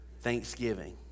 Thanksgiving